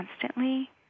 constantly